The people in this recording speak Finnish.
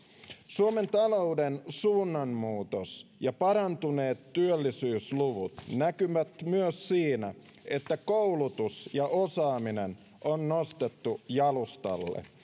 suomen talouden suunnanmuutos ja parantuneet työllisyysluvut näkyvät myös siinä että koulutus ja osaaminen on nostettu jalustalle ja